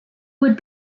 would